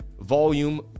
volume